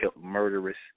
murderous